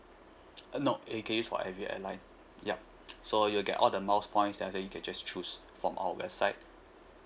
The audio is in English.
uh no you can use for every airlines yup so you will get all the miles points then after you can just choose from our website